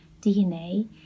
DNA